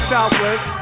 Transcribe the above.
Southwest